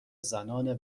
زنان